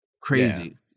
crazy